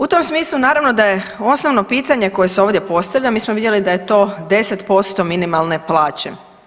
U tom smislu naravno da je osnovno pitanje koje se ovdje postavlja, mi smo vidjeli da je to 10% minimalne plaće.